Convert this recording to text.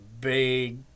big